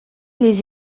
les